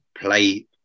play